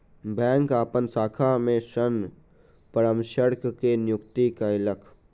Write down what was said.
bank अपन शाखा में ऋण परामर्शक के नियुक्ति कयलक